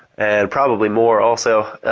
and probably more also.